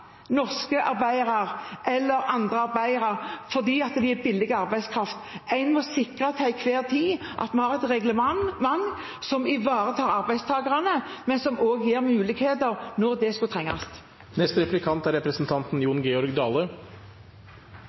eller andre arbeidere fordi de er billig arbeidskraft. En må sikre at vi til enhver tid har et reglement som ivaretar arbeidstakerne, men som også gir muligheter når det